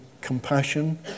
compassion